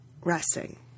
resting